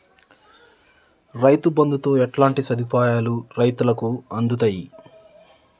రైతు బంధుతో ఎట్లాంటి సదుపాయాలు రైతులకి అందుతయి?